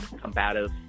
combative